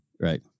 Right